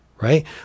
right